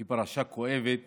היא פרשה כואבת